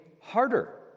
harder